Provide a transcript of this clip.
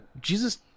Jesus